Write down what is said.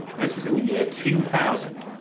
and this was in the year two thousand.